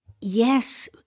Yes